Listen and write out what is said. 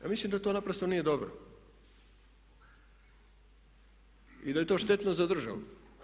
Ja mislim da to naprosto nije dobro i da je to štetno za državu.